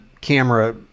camera